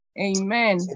Amen